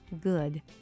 good